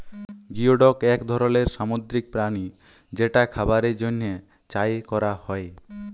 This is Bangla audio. গিওডক এক ধরলের সামুদ্রিক প্রাণী যেটা খাবারের জন্হে চাএ ক্যরা হ্যয়ে